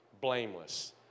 blameless